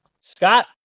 Scott